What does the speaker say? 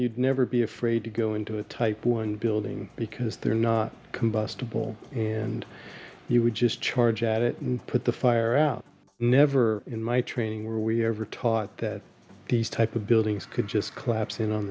you'd never be afraid to go into a type one building because they're not combustible and you would just charge at it and put the fire out never in my training were we ever taught that these type of buildings could just collapse in on